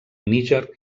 níger